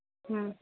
हम्म